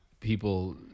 people